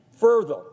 Further